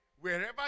wherever